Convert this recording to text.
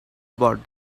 about